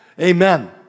Amen